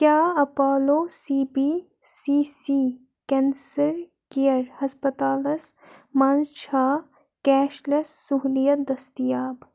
کیٛاہ Apollo C B C C cancer care ہسپتالَس منٛز چھا کیش لٮ۪س سہوٗلیت دٔستیاب